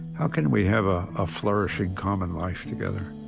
how can we have a ah flourishing common life together?